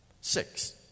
Six